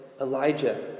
Elijah